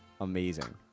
amazing